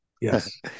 Yes